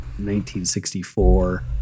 1964